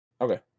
Okay